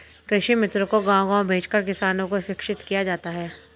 कृषि मित्रों को गाँव गाँव भेजकर किसानों को शिक्षित किया जाता है